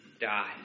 die